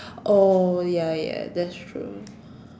oh ya ya that's true